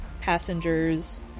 passengers